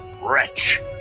wretch